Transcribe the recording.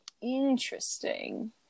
interesting